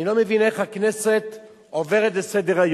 אני לא מבין איך הכנסת עוברת לסדר-היום,